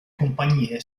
compagnie